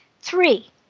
Three